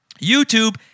YouTube